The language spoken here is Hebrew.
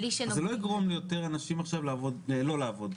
זה לא יגרום ליותר אנשים עכשיו לא לעבוד?